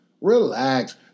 relax